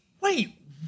wait